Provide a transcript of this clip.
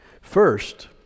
First